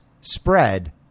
spread